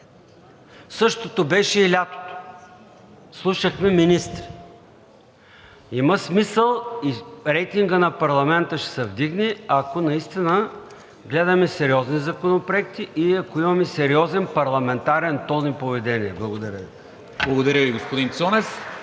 Същото беше и лятото – слушахме министри. Има смисъл и рейтингът на парламента ще се вдигне, ако наистина гледаме сериозни законопроекти и ако имаме сериозен парламентарен тон и поведение. Благодаря Ви. (Ръкопляскания от